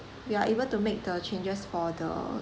we are able to make the changes for the